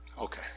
Okay